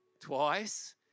twice